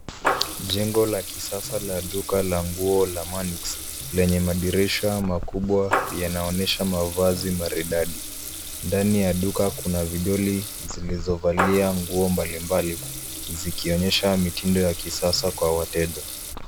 Jengo la kisasa la duka la nguo la Manix lenye madirisha makubwa yanaonyesha mavazi maridadi. Ndani ya duka kuna vidoli zilizovalia nguo mbalimbali zikionyesha mitindo ya kisasa kwa wateja.